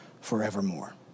forevermore